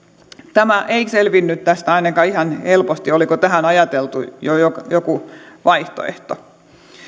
tämä ei selvinnyt tästä ainakaan ihan helposti oliko tähän ajateltu jo jo joku vaihtoehto